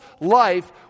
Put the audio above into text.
life